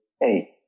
hey